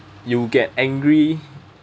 you get angry